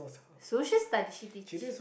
social studies she teach